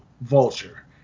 Vulture